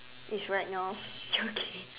is right now joking